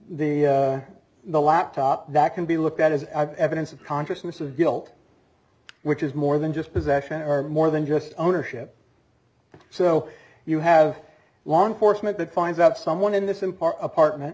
the the laptop that can be looked at as evidence of consciousness of guilt which is more than just possession or more than just ownership and so you have long horsemeat that finds out someone in this in part apartment